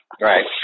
Right